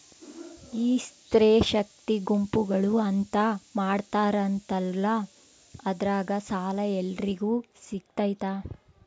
ಈ ಸ್ತ್ರೇ ಶಕ್ತಿ ಗುಂಪುಗಳು ಅಂತ ಮಾಡಿರ್ತಾರಂತಲ ಅದ್ರಾಗ ಸಾಲ ಎಲ್ಲರಿಗೂ ಸಿಗತೈತಾ?